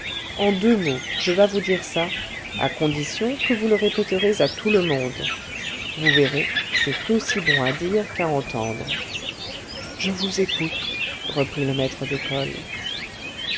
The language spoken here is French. en deux mots je vas vous dire ça à condition que vous le répéterez à tout le monde vous verrez c'est aussi bon à dire qu'à entendre je vous écoute reprit le maître d'école